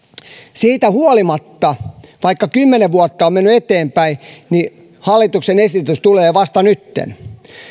siitä huolimatta vaikka kymmenen vuotta on menty eteenpäin hallituksen esitys tulee vasta nytten